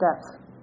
steps